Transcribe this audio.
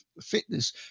fitness